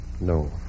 No